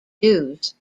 dues